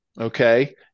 okay